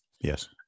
Yes